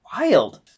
wild